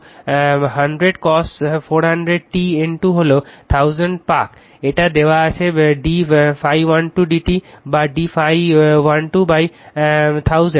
তো 100 cos 400 t N 2 হলো 1000 পাক এটা দেওয়া আছে d ∅1 2 d t বা ∅1 2 1000